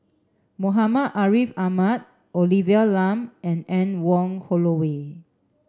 Muhammad Ariff Ahmad Olivia Lum and Anne Wong Holloway